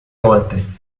ontem